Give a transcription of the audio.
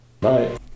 Bye